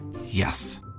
Yes